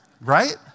right